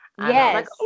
Yes